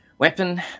Weapon